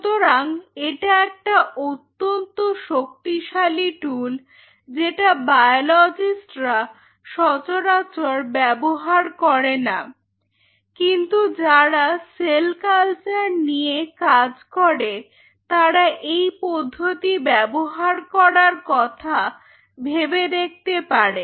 সুতরাং এটা একটা অত্যন্ত শক্তিশালী টুল যেটা বায়োলজিস্টরা সচরাচর ব্যবহার করে না কিন্তু যারা সেল কালচার নিয়ে কাজ করে তারা এই পদ্ধতি ব্যবহার করার কথা ভেবে দেখতে পারে